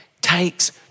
takes